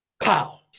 pow